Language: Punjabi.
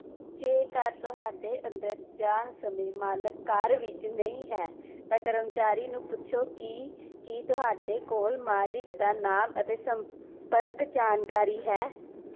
ਜੇਕਰ ਤੁਹਾਡੇ ਅੰਦਰ ਜਾਣ ਸਮੇਂ ਮਾਲਕ ਘਰ ਵਿਚ ਨਹੀਂ ਹੈ ਤਾਂ ਕਰਮਚਾਰੀ ਨੂੰ ਪੁੱਛੋ ਕਿ ਕੀ ਤੁਹਾਡੇ ਕੋਲ ਮਾਲਕ ਦਾ ਨਾਮ ਅਤੇ ਸੰਪਰਕ ਜਾਣਕਾਰੀ ਹੈ